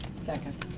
second.